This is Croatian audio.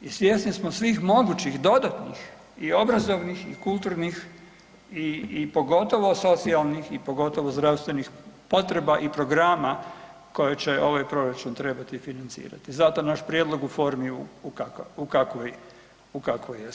i svjesni smo svih mogućih dodatnih i obrazovnih i kulturnih i pogotovo socijalnih i pogotovo zdravstvenih potreba i programa koje će ovaj proračun trebati financirati i zato je naš prijedlog u formi u kakvoj jest.